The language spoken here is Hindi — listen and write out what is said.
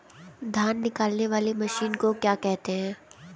धान निकालने वाली मशीन को क्या कहते हैं?